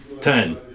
ten